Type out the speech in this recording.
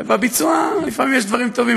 ובביצוע לפעמים יש דברים טובים,